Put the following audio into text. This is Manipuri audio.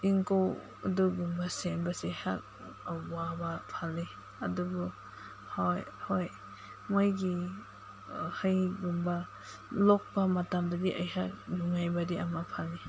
ꯏꯪꯈꯣꯜ ꯑꯗꯨꯒꯨꯝꯕ ꯁꯦꯝꯕꯁꯦ ꯑꯩꯍꯥꯛ ꯑꯋꯥꯕ ꯐꯪꯉꯦ ꯑꯗꯨꯕꯨ ꯍꯣꯏ ꯍꯣꯏ ꯃꯣꯏꯒꯤ ꯍꯩꯒꯨꯝꯕ ꯂꯣꯛꯄ ꯃꯇꯝꯗꯗꯤ ꯑꯩꯍꯥꯛ ꯅꯨꯡꯉꯥꯏꯕꯗꯤ ꯑꯃ ꯐꯪꯉꯦ